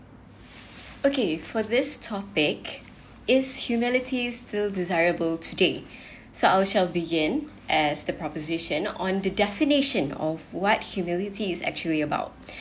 okay for this topic is humility still desirable today so I'll shall begin as the proposition on the definition of what humility is actually about